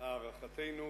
והערכתנו